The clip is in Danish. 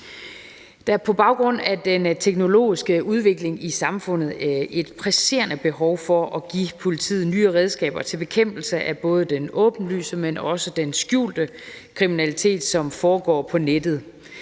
Der er på baggrund af den teknologiske udvikling i samfundet et presserende behov for at give politiet nye redskaber til bekæmpelse af både den åbenlyse, men også den skjulte kriminalitet, som foregår på nettet,